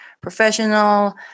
professional